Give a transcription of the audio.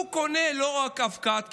הוא קונה לא רק אבקת כביסה,